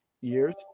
years